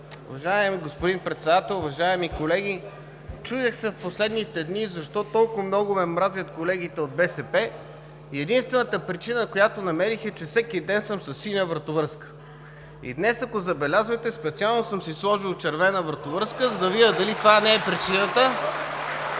Уважаеми господин Председател, уважаеми колеги! Чудех се в последните дни защо толкова много ме мразят колегите от БСП и единствената причина, която намерих, е, че всеки ден съм със синя вратовръзка. И днес, ако забелязвате, специално съм си сложил червена вратовръзка, за да видя дали това не е причината. (Оживление,